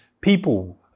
people